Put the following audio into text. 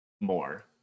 more